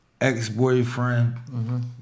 ex-boyfriend